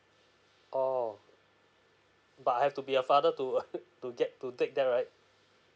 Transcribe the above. orh but I have to be a father to to get to take that right